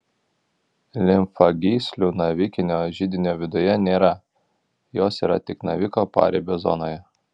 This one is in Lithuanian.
limfagyslių navikinio židinio viduje nėra jos yra tik naviko paribio zonoje